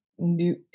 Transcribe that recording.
New